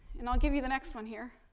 and i'll give you the next one here.